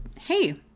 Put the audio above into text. Hey